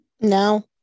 No